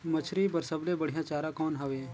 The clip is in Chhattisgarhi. मछरी बर सबले बढ़िया चारा कौन हवय?